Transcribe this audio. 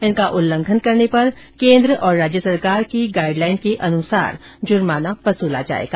इसका उल्लंघन करने पर केन्द्र और राज्य सरकार की गाईडलाइन के अनुसार जुर्माना वसूला जायेगा